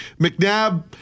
McNabb